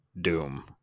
Doom